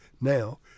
now